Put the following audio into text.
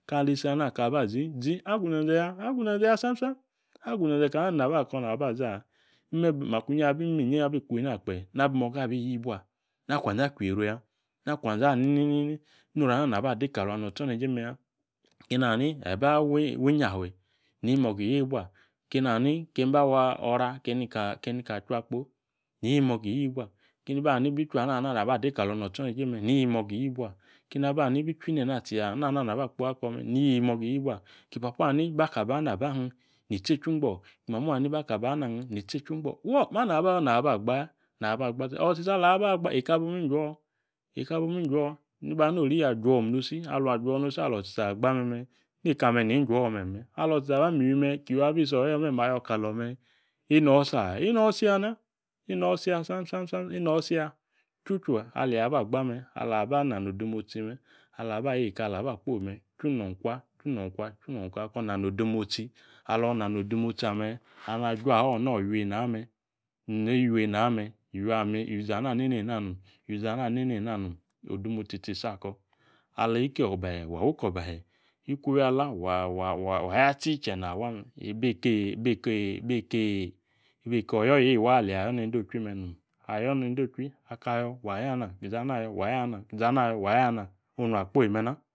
. Kali isana kaba zi. zi agu nze̱nze̱ ya agu nze̱nze̱ sam sam agu nze̱ze̱ kana nina aba ko na abi zi imime ecyi abi kuw ecna kpe na ibi moga abi yibua. Nakw anze̱ azwieru ya. na kwanze̱ ha no oru ana ade kalung no̱tso̱neje meya. Keni ani eba wu inyafe ni moga lyibua keni ba awo̱ ora keni ka achua akpo ni iyi moga iyibua keni ba ani bi chwi nena tsiya na ba nana ade kalo notsoneje ni iyi moga iyi bu ki papo ani baka bana ba hin ni tsi echu gbo̱ ki mamo̱ bana hin ni tsi echu gbo̱ fuo mana aba ayo̱ naba aba naba Eka bomi injuo eka bomi injuo ni ba ani nori ajuom nosi alung ajuo nosi no̱tsitsi agba me̱me̱ nekamè ni injuo̱ me. Alo tsitsi agbo aba mi iywi me̱ aki iywio abi isi oyoyo me̱me̱ ayo kalo me̱ ino isi aai lno isi ya na ino isi ya sam sam sam sam ino isi ya chuchu ali aba gba me ala ibi mano̱ odemotsi alaba yeka alaba kpo me̱ chwi nong kwa chwi nong kwa ko na no odemotsi alo nano odemotsi me ala juao̱ ni iywi woya na me, iywi me̱ izi ana nenena nom odemotsi tisi ako̱. Ali ko̱ o̱bahe̱ wa obahe ku ukuowi ala wa yatsi che no wa me. bako oyoyo̱ eeyi waa ali ayo nende ochwi me nom onu akpoyi mena.